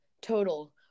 total